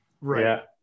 right